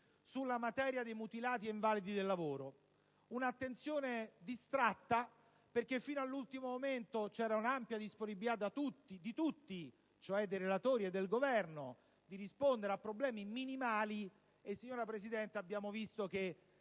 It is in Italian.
sulla materia dei mutilati e invalidi del lavoro: un'attenzione distratta, perché fino all'ultimo momento c'era un'ampia disponibilità di tutti, cioè dei relatori e del Governo, a rispondere a problemi minimali. Signora Presidente, abbiamo visto che